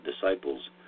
disciples